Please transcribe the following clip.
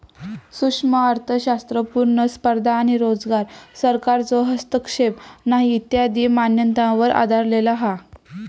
सूक्ष्म अर्थशास्त्र पुर्ण स्पर्धा आणो रोजगार, सरकारचो हस्तक्षेप नाही इत्यादी मान्यतांवर आधरलेलो हा